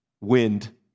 wind